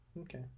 okay